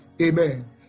Amen